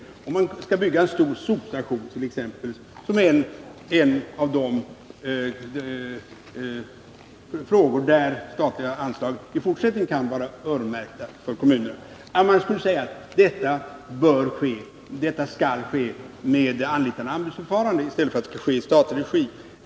Om man t.ex. skall bygga en stor sopstation, för vilket ändamål statliga anslag i fortsättningen kan vara öronmärkta, bör man kunna säga att detta skall ske med anbudsförfarande i stället för i statlig regi.